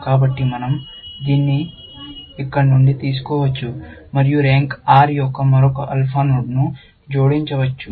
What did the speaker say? కాబట్టి మన০ దీన్ని ఇక్కడి నుండి తీసుకోవచ్చు మరియు ర్యాంక్ R యొక్క మరొక ఆల్ఫా నోడ్ను జోడించవచ్చు